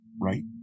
Right